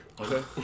okay